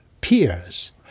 peers